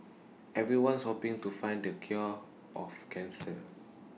everyone's hoping to find the cure of cancer